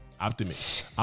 Optimist